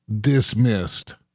dismissed